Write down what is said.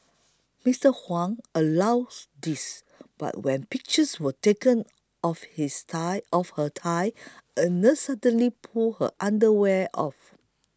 Mister Huang allows this but when pictures were taken of his thigh of her thigh a nurse suddenly pulled her underwear off